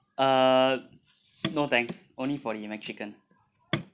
uh no thanks only for the McChicken